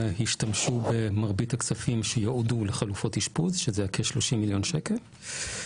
השתמשו במרבית הכספים שיועדו לחלופות אשפוז שזה כ-30 מיליון שקלים.